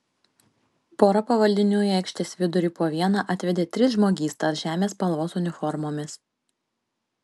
pora pavaldinių į aikštės vidurį po vieną atvedė tris žmogystas žemės spalvos uniformomis